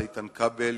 איתן כבל,